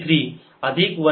33 अधिक 1